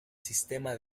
sistema